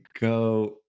go